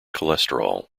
cholesterol